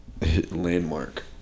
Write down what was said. Landmark